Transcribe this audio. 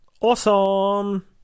awesome